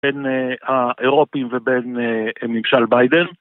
בין האירופים ובין ממשל ביידן.